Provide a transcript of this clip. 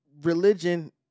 religion